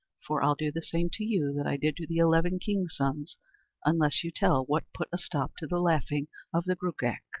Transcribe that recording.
for i'll do the same to you that i did to the eleven kings' sons unless you tell what put a stop to the laughing of the gruagach.